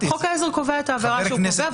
חוק העזר קובע את העבירה שהוא קובע,